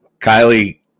Kylie